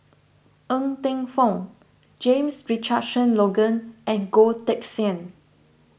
Ng Teng Fong James Richardson Logan and Goh Teck Sian